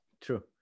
true